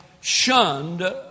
shunned